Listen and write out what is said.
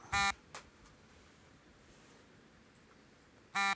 ತೆಂಗಿನ ಬೆಳೆಗೆ ಕಪ್ಪು ಮಣ್ಣು ಆಗ್ಬಹುದಾ?